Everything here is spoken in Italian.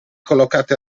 collocati